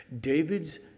David's